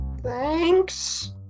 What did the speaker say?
thanks